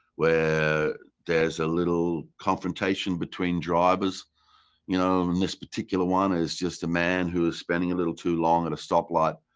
where there is a little compensation between drivers you know and this particular one is just a man who is spending a little too long at and a stop light.